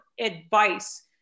advice